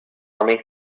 army